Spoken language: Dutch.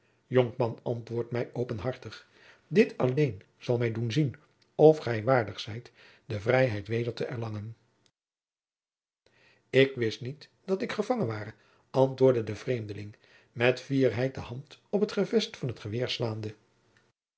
de pleegzoon openhartig dit alleen zal mij doen zien of gij waardig zijt de vrijheid weder te erlangen ik wist niet dat ik gevangen ware antwoordde de vreemdeling met fierheid de hand op het gevest van het geweer slaande